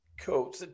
Cool